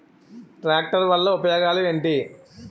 Tractor వల్ల ఉపయోగాలు ఏంటీ?